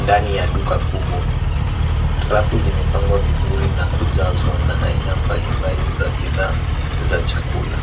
Ndani ya duka kubwa, rafu zimepangwa vizuri na kujazwa na aina mbalimbali za bidhaa za chakula.